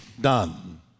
Done